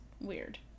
weird